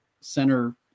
center